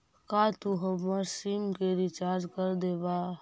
का तू हमर सिम के रिचार्ज कर देबा